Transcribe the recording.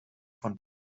von